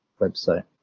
website